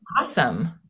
Awesome